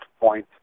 point